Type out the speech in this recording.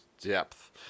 Depth